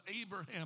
Abraham